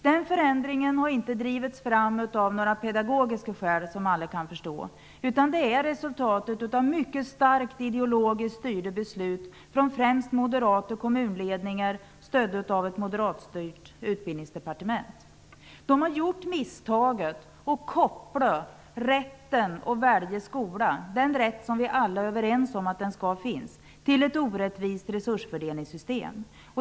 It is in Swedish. Den förändringen har inte drivits fram av några pedagogiska skäl, vilket alla kan förstå, utan är resultatet av mycket starkt ideologiskt styrda beslut från främst moderata kommunledningar, stödda av ett moderatstyrt utbildningsdepartement. De har gjort misstaget att koppla rätten att välja skola - vi är alla överens om att den rätten skall finnas - till ett orättvist resursfördelningssystem.